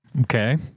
Okay